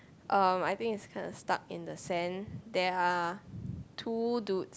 um I think it's kind of stuck in the sand there are two dude